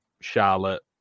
Charlotte